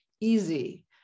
easy